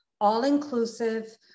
all-inclusive